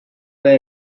were